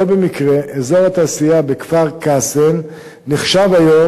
לא במקרה אזור התעשייה בכפר-קאסם נחשב היום